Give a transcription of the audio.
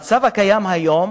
המצב הקיים היום